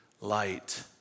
light